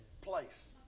place